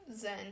zen